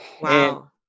Wow